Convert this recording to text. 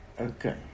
Okay